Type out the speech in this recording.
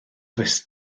does